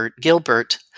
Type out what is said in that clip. Gilbert